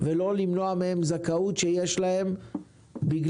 ולא למנוע מהם זכאות שיש להם בגלל